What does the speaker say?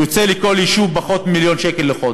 יוצא לכל יישוב פחות ממיליון שקל לחודש.